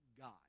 God